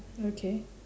okay